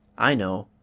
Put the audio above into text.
i know,